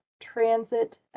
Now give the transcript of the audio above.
transit